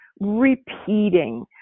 repeating